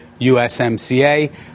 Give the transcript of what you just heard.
USMCA